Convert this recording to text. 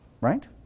right